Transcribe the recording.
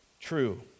true